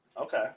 Okay